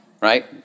right